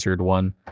one